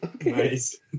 Nice